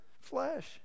flesh